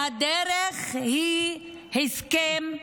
והדרך היא הסכם.